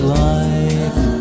life